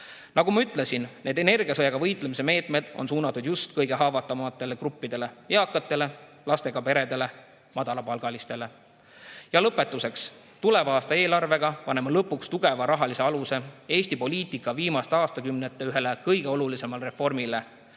Nagu ma ütlesin, need energiasõjaga võitlemise meetmed on suunatud just kõige haavatavamatele gruppidele: eakatele, lastega peredele, madalapalgalistele. Lõpetuseks. Tuleva aasta eelarvega paneme lõpuks tugeva rahalise aluse Eesti poliitika viimaste aastakümnete ühele kõige olulisemale reformile: